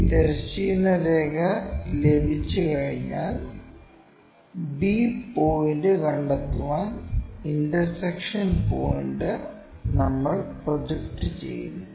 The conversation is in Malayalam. ഈ തിരശ്ചീന രേഖ ലഭിച്ചുകഴിഞ്ഞാൽ b പോയിന്റ് കണ്ടെത്താൻ ഇന്റർസെക്ഷൻ പോയിന്റ് നമ്മൾ പ്രൊജക്റ്റ് ചെയ്യുന്നു